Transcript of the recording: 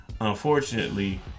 unfortunately